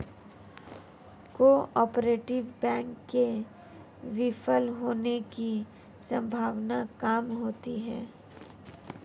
cooperative bank के विफल होने की सम्भावना काम होती है